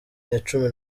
nacumi